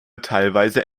teilweise